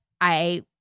I-